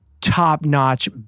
top-notch